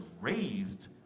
raised